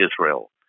Israel